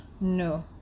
No